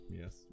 Yes